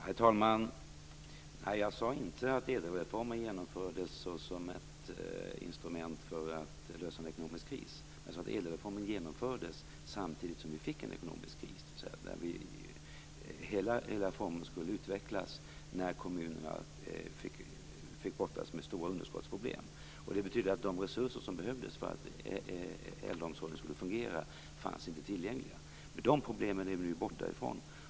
Herr talman! Jag sade inte att ädelreformen genomfördes för att lösa en ekonomisk kris. Men ädelreformen genomfördes samtidigt som vi fick en ekonomisk kris. Hela reformen skulle utvecklas när kommunerna fick brottas med stora underskottsproblem. De resurser som behövdes för att äldreomsorgen skulle fungera fanns inte tillgängliga. De problemen har vi nu kommit bort från.